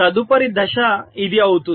తదుపరి దశ ఇది అవుతుంది